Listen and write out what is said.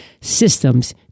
systems